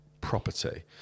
property